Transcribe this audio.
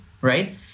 right